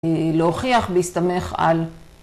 להוכיח ולהסתמך על